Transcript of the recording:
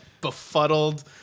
befuddled